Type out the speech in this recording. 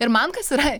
ir man kas yra